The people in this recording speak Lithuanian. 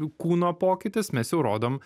kūno pokytis mes jau rodom